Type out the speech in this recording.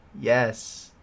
yes